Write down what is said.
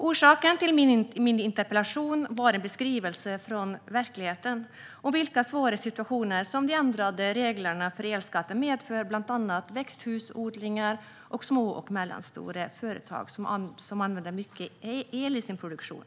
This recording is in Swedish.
Orsaken till min interpellation var en beskrivning från verkligheten om vilka svåra situationer som de ändrade reglerna för elskatten medför för bland andra växthusodlingar och för små och medelstora företag som använder mycket el i sin produktion.